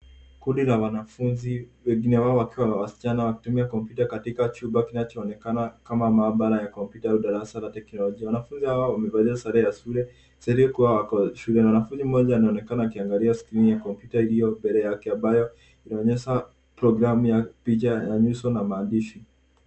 Kundi la wanafunzi, wengine wao wakiwa ni wasichana, wakitumia kompyuta katika chumba kinachoonekana kama maabara ya kompyuta au darasa la teknolojia. Wanafunzi hawa wamevalia sare ya shule, ikiashiria kuwa wako shule. Mwanafunzi mmoja anaonekana akiangalia screen ya kompyuta iliyo mbele yake ambayo inaonyesha programmu ya picha ya nyuso na maandishi.